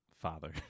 father